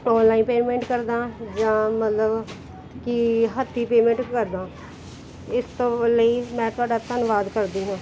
online payment ਕਰਦਾਂ ਜਾਂ ਮਤਲਬ ਕਿ ਹੱਥੀਂ ਪੇਮੈਂਟ ਕਰਦਾਂ ਇਸ ਤੋਂ ਲਈ ਮੈਂ ਤੁਹਾਡਾ ਧੰਨਵਾਦ ਕਰਦੀ ਹਾਂ